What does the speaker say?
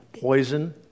poison